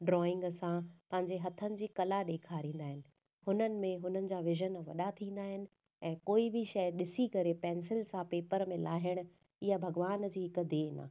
drawing सां पंहिंजे हथनि जी कला ॾेखारींदा आहिनि हुननि में हुननि जा विज़न वॾा थींदा आहिनि ऐं कोई बि शइ ॾिसी करे पैंसिल सां पेपर में लाहिण ईअ भॻवानु जी हिक देन आहे